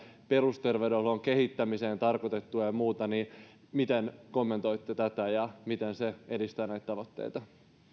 perusterveydenhuollon kehittämiseen tarkoitettua miten kommentoitte tätä ja miten se edistää näitä tavoitteita